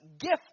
gift